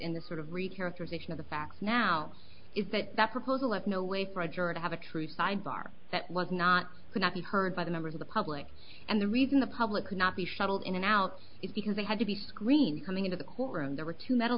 tradition of the fact now is that that proposal was no way for a jury to have a true sidebar that was not could not be heard by the members of the public and the reason the public could not be shuttled in and out is because they had to be screened coming into the court room there were two metal